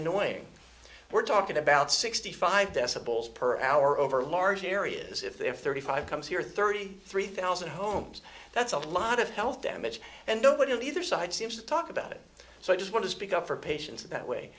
annoying we're talking about sixty five decibels per hour over large areas if they have thirty five comes here thirty three thousand homes that's a lot of health damage and nobody on the other side seems to talk about it so i just want to speak up for patients that way